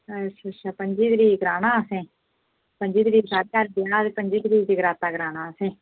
हां जी असें पंजी तरीक कराना असें पंजी तरीक साढ़े घर ब्याह्पंजी तरीक जगराता करना असें